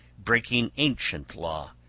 breaking ancient law,